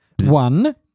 One